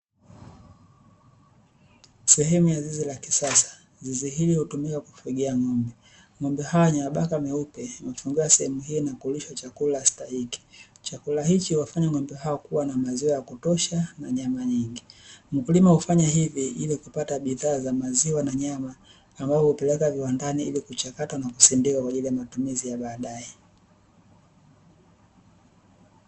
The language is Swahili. Sehemu ya zizi la kisasa, zizi hili hutumiwa kufugia ng'ombe. Ngombe hawa wenye mabaka meupe hufungiwa sehemu hiyo na kulishwa chakula stahiki. Chakula hichi huwafanya ng'ombe hawa kuwa na maziwa ya kutosha na nyama nyingi. Mkulima hufanya hivi, ili kupata bidhaa za maziwa na nyama, ambavyo hupeleka viwandani ili kuchakatwa na kusindikwa kwa ajili ya matumizi ya baadaye.